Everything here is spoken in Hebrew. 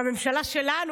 בממשלה שלנו,